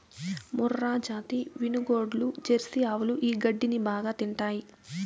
మూర్రాజాతి వినుగోడ్లు, జెర్సీ ఆవులు ఈ గడ్డిని బాగా తింటాయి